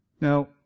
Now